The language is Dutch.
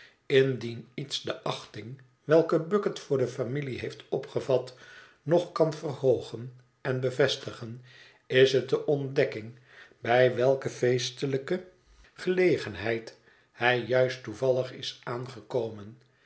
indien iets de achting welke bucket voor de familie heeft opgevat nog kan verhoogen en bevestigen is het de ontdekking bij welke feestelijke gelegenheid hij juist toevallig is aangekomen